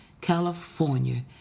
California